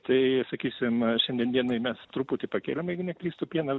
tai sakysim šiandien dienai mes truputį pakėlėm jeigu neklystu pieną